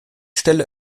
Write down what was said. stelle